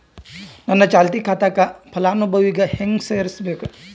ನನ್ನ ಚಾಲತಿ ಖಾತಾಕ ಫಲಾನುಭವಿಗ ಹೆಂಗ್ ಸೇರಸಬೇಕು?